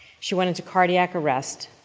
she went into cardiac arrest,